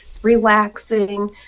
relaxing